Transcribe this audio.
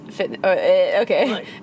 okay